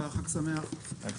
הישיבה ננעלה בשעה